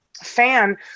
fan